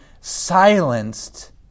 silenced